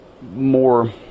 more